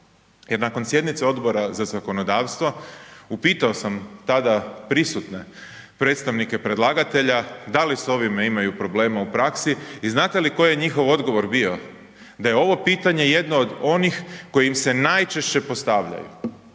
jer nakon sjednice Odbora za zakonodavstvo upitao sam tada prisutne predstavnike predlagatelja da li sa ovime imaju problema u praksi. I znate li koji je njihov odgovor bio? Da je ovo pitanje jedno od onih koja im se najčešće postavljaju,